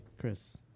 Chris